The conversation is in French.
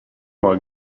moi